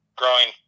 growing